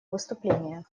выступление